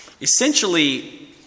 Essentially